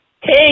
Hey